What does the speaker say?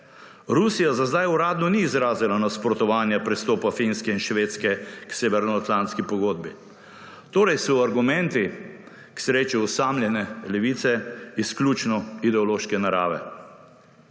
Rusija za zdaj uradno ni izrazila nasprotovanja pristopa Finske in Švedske k Severnoatlantski pogodbi. Torej so argumenti - k sreči osamljene - Levice izključno ideološke narave.